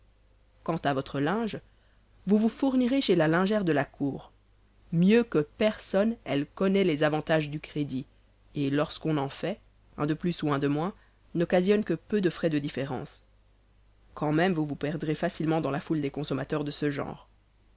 quant à votre linge vous vous fournirez chez la lingère de la cour mieux que personne elle connaît les avantages du crédit et lorsqu'on en fait un de plus ou un de moins n'occasionne que peu de frais de différence quand même vous vous perdrez facilement dans la foule des consommateurs de ce genre